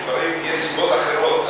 יש סיבות אחרות,